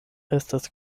estas